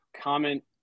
comment